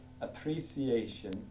appreciation